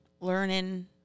learning